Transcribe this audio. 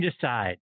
decide